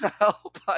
Help